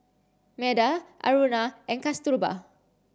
Medha Aruna and Kasturba